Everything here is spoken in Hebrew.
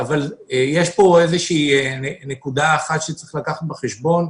יש פה איזו נקודה אחת שצריך לקחת בחשבון.